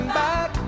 back